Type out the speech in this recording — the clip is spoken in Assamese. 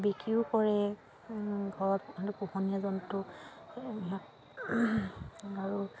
বিক্ৰীও কৰে ঘৰত পোহনীয়া জন্তু আৰু